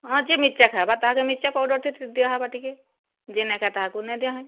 ହଁ ଯିଏ ମିର୍ଚା ଖାଏବା ତାହାକେ ମିର୍ଚା ପାଉଡ଼ର୍ ଟେ ଦିଆହେବା ଟିକେ ଯିଏ ନାଇ ଖାଏ ତାହାକୁ ନାଇ ଦିଆହୁଏ